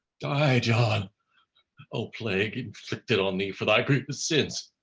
die john o plague inflicted on thee for thy grievous sins.